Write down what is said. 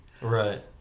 Right